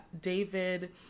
David